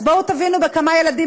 אז בואו תבינו בכמה ילדים